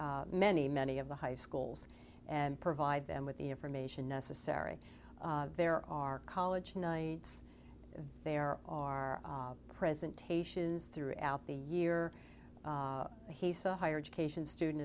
many many of the high schools and provide them with the information necessary there are college nights there are presentations throughout the year he saw higher education student